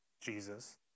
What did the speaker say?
Jesus